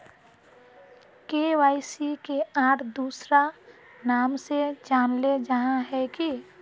KYC के आर दोसरा नाम से जानले जाहा है की?